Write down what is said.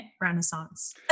renaissance